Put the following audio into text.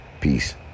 Peace